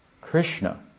Krishna